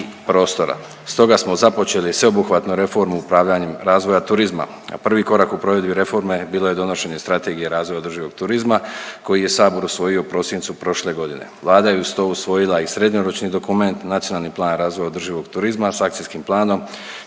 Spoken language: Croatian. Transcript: Stoga smo započeli sveobuhvatnu reformu upravljanjem razvoja turizma. Prvi korak u provedbi reforme bilo je donošenje Strategije razvoja održivog turizma koji je Sabor usvojio u prosincu prošle godine. Vlada je uz to usvojila i srednjoročni dokument Nacionalni plan razvoja održivog turizma s Akcijskim planom